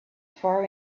far